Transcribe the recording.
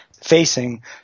facing